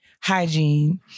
hygiene